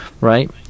right